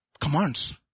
Commands